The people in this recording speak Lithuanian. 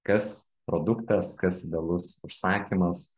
kas produktas kas idealus užsakymas